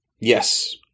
Yes